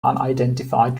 unidentified